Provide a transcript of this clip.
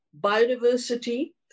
biodiversity